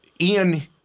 Ian